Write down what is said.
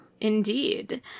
Indeed